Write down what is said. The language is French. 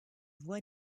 voie